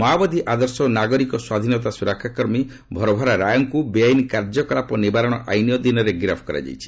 ମାଓବାଦୀ ଆଦର୍ଶ ଓ ନାଗରିକ ସ୍ୱାଧୀନତା ସୁରକ୍ଷାକର୍ମୀ ଭରାଭରା ରାଓଙ୍କୁ ବେଆଇନ୍ କାର୍ଯ୍ୟକଳାପ ନିବାରଣ ଆଇନ୍ ଅଧୀନରେ ଗିରଫ୍ କରାଯାଇଛି